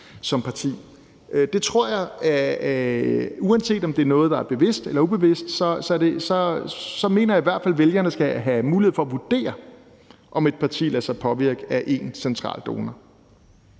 som parti. Det tror jeg, og uanset om det er noget, der er bevidst eller ubevidst, mener jeg i hvert fald, vælgerne skal have mulighed for at vurdere, om et parti lader sig påvirke af én central donor.